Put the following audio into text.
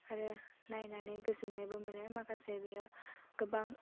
आरो नायनानै गोजोननायबो मोनो माखासे बेयो गोबां